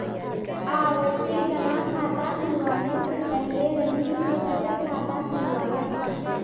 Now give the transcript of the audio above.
आवर्ती जमा खाता खुलवाने से पहले रहीम ने बचत खाता खुलवाया